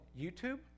YouTube